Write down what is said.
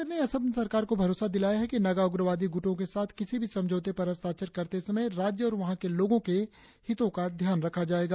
केंद्र ने असम सरकार को भरोसा दिलाया है कि नगा उग्रवादी गुटों के साथ किसी भी समझौते पर हस्ताक्षर करते समय राज्य और वहां के लोगों के हितों का ध्यान रखा जाएगा